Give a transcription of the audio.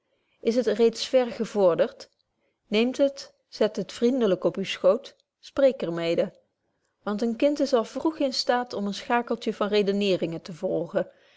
is het reeds verder gevorderd neemt het zet het vriendelyk op uwen schoot spreekt er mede want een kind is al vroeg in staat om een schakeltje van redeneringen te vormen